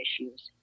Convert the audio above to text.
issues